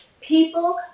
people